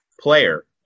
player